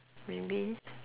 maybe